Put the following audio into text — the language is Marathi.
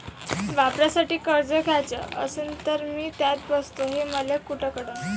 वावरासाठी कर्ज घ्याचं असन तर मी त्यात बसतो हे मले कुठ कळन?